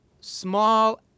small